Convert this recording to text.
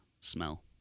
smell